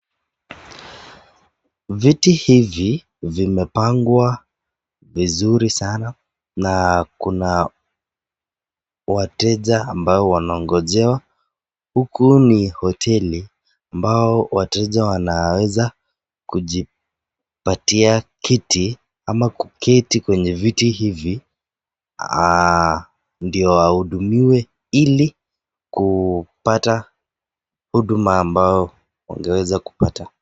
Viti hivi vimepangwa vizuri sana na kuna wateja ambao wanaongojewa. Huku ni hoteli ambayo wateja wanaweza kujipatia kiti ama kuketi kwenye viti hivi ndio wahudumiwe ili kupata huduma ambayo wangeweza kupata.